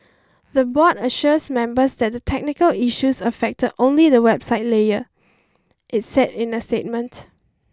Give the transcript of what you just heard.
the board assures members that the technical issues affected only the website layer it said in a statement